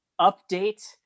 update